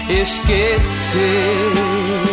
esquecer